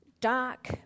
dark